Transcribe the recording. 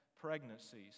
pregnancies